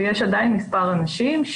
ויש עדיין מספר אנשים,